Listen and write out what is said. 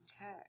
Okay